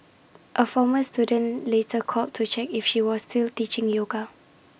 A former student later called to check if she was still teaching yoga